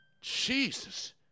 Jesus